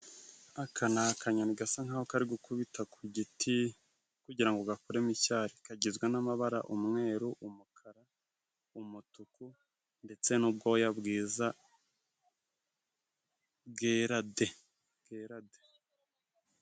Aka ni akanyoni gasa nkaho kari gukubita ku giti kugira ngo gakoremo icyari, kagizwe n'amabara umweru, umukara ,umutuku ndetse n'ubwoya bwiza bwera de kerade.